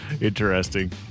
interesting